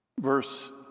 Verse